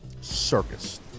circus